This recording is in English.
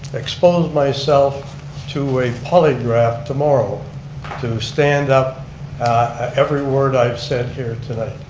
expose myself to a polygraph tomorrow to stand up every word i've said here tonight.